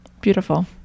beautiful